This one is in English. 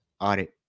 audit